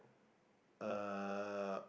uh